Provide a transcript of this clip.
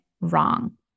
wrong